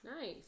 Nice